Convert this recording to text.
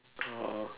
oh